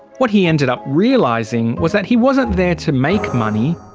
what he ended up realising was that he wasn't there to make money,